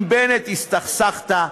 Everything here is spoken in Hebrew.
עם בנט הסתכסכת,